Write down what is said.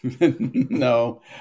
No